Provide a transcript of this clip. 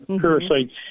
parasites